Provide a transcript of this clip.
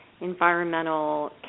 environmental